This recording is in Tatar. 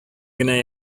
генә